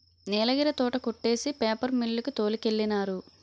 నీలగిరి తోట కొట్టేసి paper mill కి తోలికెళ్ళినారు